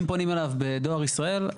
אם פונים אליו בדואר ישראל,